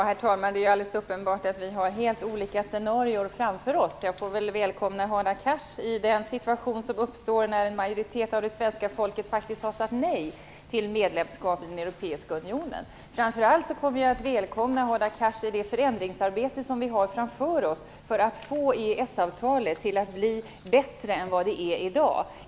Herr talman! Det är alldeles uppenbart att vi har helt olika scenarier framför oss. Jag får väl välkomna Hadar Cars i den situation som uppstår när en majoritet av det svenska folket faktiskt har sagt nej till ett medlemskap i den europeiska unionen. Framför allt kommer jag att välkomna Hadar Cars i det förändringsarbete som vi har framför oss för att få EES-avtalet att bli bättre än vad det är i dag.